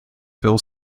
phil